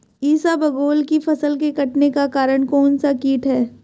इसबगोल की फसल के कटने का कारण कौनसा कीट है?